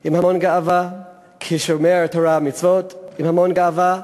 עם המון גאווה, כשומר תורה ומצוות עם המון גאווה,